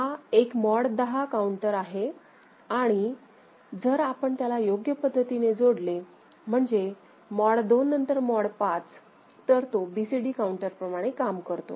हा एक mod 10 counter आहे आणि जर आपण त्याला योग्य पद्धतीने जोडले म्हणजे मॉड 2 नंतर मॉड 5 तर तो BCD काउंटर प्रमाणे काम करतो